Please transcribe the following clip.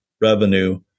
revenue